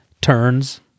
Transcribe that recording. turns